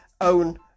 own